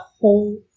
whole